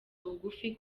bugufi